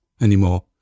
anymore